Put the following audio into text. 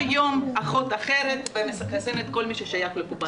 כל יום אחות אחרת תחסן את כל מי ששייך לקופת החולים.